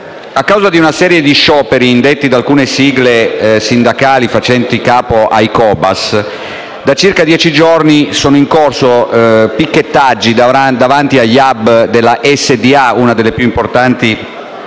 A causa di una serie di scioperi indetti da alcune sigle sindacali facenti capo ai Cobas, da circa dieci giorni sono in corso picchettaggi davanti agli *hub* della SDA, una delle più importanti